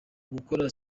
gukora